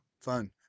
fun